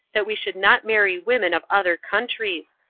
that we should not marry women of other countries,